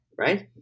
right